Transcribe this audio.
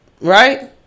Right